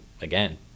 again